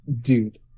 Dude